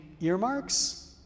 earmarks